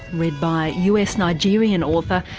read by us nigerian author,